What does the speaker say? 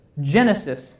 Genesis